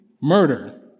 murder